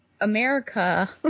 America